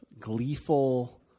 gleeful